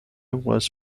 was